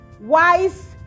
wise